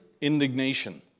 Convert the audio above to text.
indignation